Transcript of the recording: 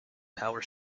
power